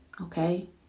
Okay